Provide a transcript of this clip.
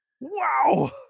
wow